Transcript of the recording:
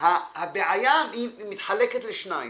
הבעיה מתחלקת לשניים